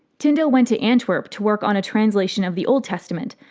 tyndale went to antwerp to work on a translation of the old testament,